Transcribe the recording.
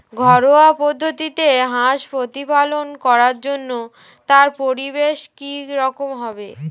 ঘরোয়া পদ্ধতিতে হাঁস প্রতিপালন করার জন্য তার পরিবেশ কী রকম হবে?